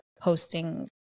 posting